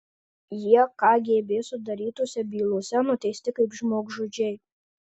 jie kgb sudarytose bylose nuteisti kaip žmogžudžiai